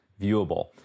viewable